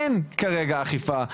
אין כרגע אכיפה,